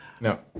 No